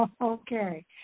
Okay